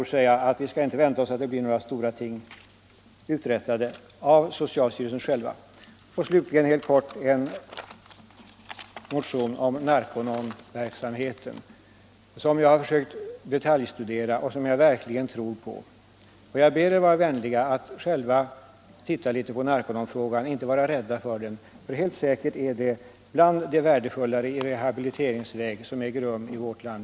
Vi skall med andra ord inte vänta oss att det blir några stora ting uträttade av socialstyrelsen själv. Slutligen helt kort några ord om motionen nr 1247 som tar upp rehabiliteringsverksamheten vid Narconon som jag har försökt detaljstudera och som jag verkligen tror på. Jag ber kammarens ledamöter vara vänliga att själva titta litet på Narcononverksamheten och inte vara rädda för den. Helt säkert är den bland det värdefullare i rehabiliteringsväg som i dag äger rum i vårt land.